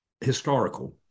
historical